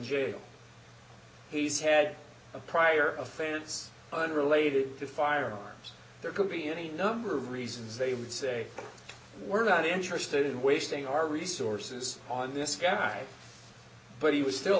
jail he's had a prior offense unrelated to firearms there could be any number of reasons they would say we're not interested in wasting our resources on this guy but he was still